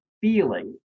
feeling